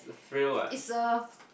it's a